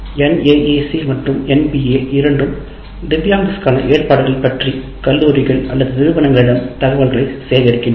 NAAC மற்றும் NBA இரண்டும் திவ்யாங்ஸிற்கான ஏற்பாடுகள் பற்றி கல்லூரிகள் நிறுவனங்களிடம் தகவல்களைச் சேகரிக்கின்றன